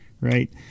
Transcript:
right